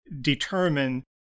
determine